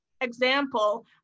Example